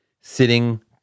sitting